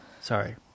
Sorry